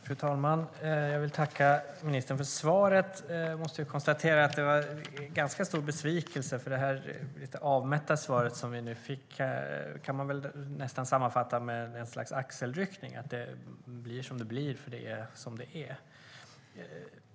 Fru talman! Jag vill tacka ministern för svaret. Jag måste konstatera att det var en ganska stor besvikelse. Det lite avmätta svar som vi nu fick kan man väl nästan sammanfatta med ett slags axelryckning, att det blir som det blir eftersom det är som det är.